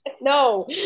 No